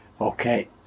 okay